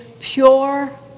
pure